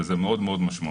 וזה מאוד-מאוד משמעותי.